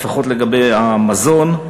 לפחות לגבי המזון,